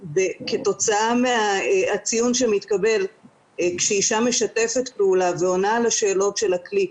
כתוצאה מהציון שמתקבל כשאישה משתפת פעולה ועונה על השאלות של הכלי,